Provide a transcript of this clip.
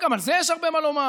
וגם על זה יש הרבה מה לומר.